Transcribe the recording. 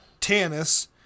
Tannis